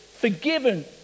forgiven